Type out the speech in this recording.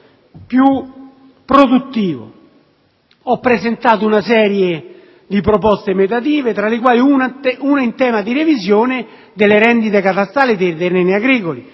più produttivo. Ho presentato una serie di proposte emendative, tra le quali una in tema di revisione delle rendite catastali dei terreni agricoli;